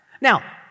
Now